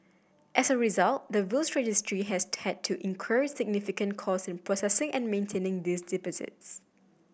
as a result the Wills Registry has had to incur significant cost in processing and maintaining these deposits